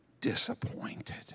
disappointed